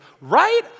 right